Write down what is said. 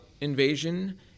Invasion